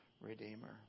redeemer